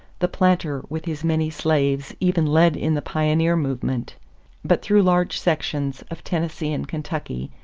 the planter with his many slaves even led in the pioneer movement but through large sections of tennessee and kentucky,